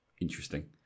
interesting